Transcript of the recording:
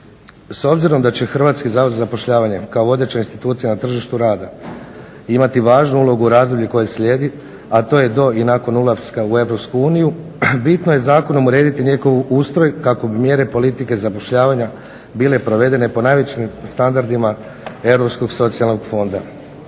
S obzirom da će Hrvatski zavod za zapošljavanje kao vodeća institucija na tržištu rada imati važnu ulogu u razdoblju koje slijedi, a to je do i nakon ulaska u EU, bitno je zakonom urediti njegov ustroj kako bi mjere politike zapošljavanja bile provedene po najvećim standardima